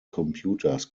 computers